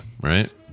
right